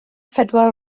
phedwar